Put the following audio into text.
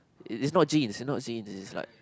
it's it's not jeans it's not jeans it is like